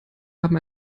haben